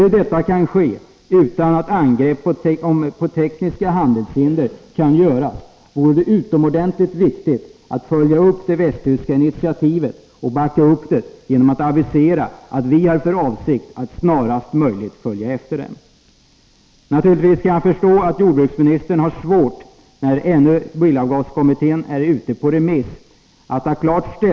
När nu detta kan ske utan att angrepp på tekniska handelshinder kan göras, vore det utomordentligt viktigt att följa upp det västtyska initiativet och backa upp det genom att avisera att vi har för avsikt att snarast möjligt följa efter. Naturligtvis kan jag förstå att jordbruksministern har svårt att klart ta ställning för eller emot bilavgaskommitténs förslag, när det ännu är ute på remiss.